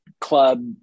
club